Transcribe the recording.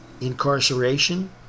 incarceration